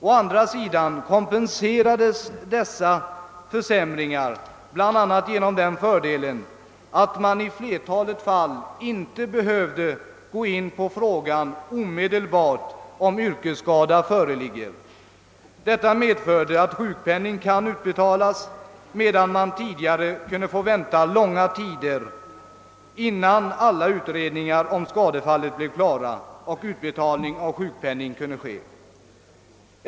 Å andra sidan kompenserades dessa försämringar bl.a. genom den fördelen att man i flertalet fall inte omedelbart behövde gå in på frågan huruvida yrkesskada föreligger. Detta medförde att sjukpenning genast kan utbetalas, medan man tidigare kunde få vänta långa tider tills alla utredningar om skadefallet blev klara och utbetalning av sjukpenning kunde ske.